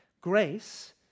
Grace